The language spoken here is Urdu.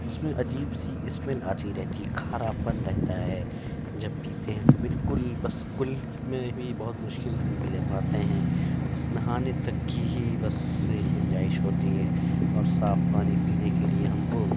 اس میں عجیب سی اسمیل آتی رہتی ہے کھارا پن رہتا ہے جب پیتے ہیں تو بالکل بس کل میں بھی بہت مشکل سے منہ میں لے پاتے ہیں بس نہانے تک کے ہی بس گنجائش ہوتی ہے اور صاف پانی پینے کے لیے ہم کو